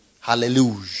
Hallelujah